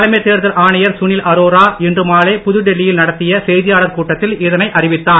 தலைமைத் தேர்தல் ஆணையர் சுனில் அரோரா இன்று மாலை புதுடில்லி யில் நடத்திய செய்தியாளர் கூட்டத்தில் இதை அறிவித்தார்